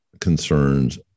concerns